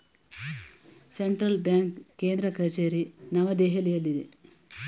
central bank ಕೇಂದ್ರ ಕಚೇರಿ ನವದೆಹಲಿಯಲ್ಲಿದೆ